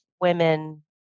women